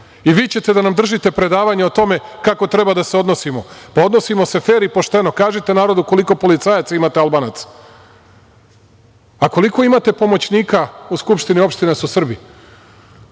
I vi ćete da nam držite predavanje o tome kako treba da se odnosimo? Pa odnosimo se fer i pošteno. Kažite narodu koliko policajaca imate Albanaca, a koliko imate pomoćnika u Skupštini opštine da su Srbi?